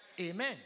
Amen